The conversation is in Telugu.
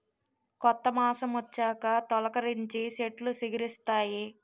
కొత్త మాసమొచ్చాక తొలికరించి సెట్లు సిగిరిస్తాయి